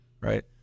Right